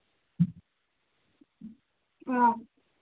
ꯑꯥ